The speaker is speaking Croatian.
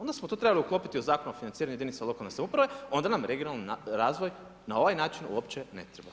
Onda smo to trebali uklopiti u Zakon o financiranju jedinica lokalne samouprave, onda nam regionalni razvoj na ovaj način uopće ne treba.